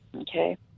okay